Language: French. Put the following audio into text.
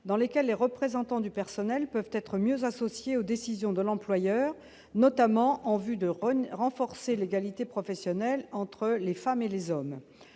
dans lesquelles les représentants du personnel peuvent être mieux associés aux décisions de l'employeur, notamment en vue de renforcer l'égalité professionnelle entre les femmes et les hommes.